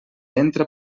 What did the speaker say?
entra